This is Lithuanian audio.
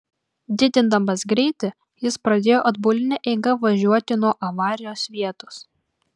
didindamas greitį jis pradėjo atbuline eiga važiuoti nuo avarijos vietos